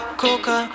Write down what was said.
coca